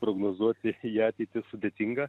prognozuoti į ateitį sudėtinga